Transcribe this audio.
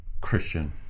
Christian